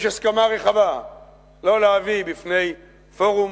יש הסכמה רחבה לא להביא בפני פורום